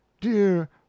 dear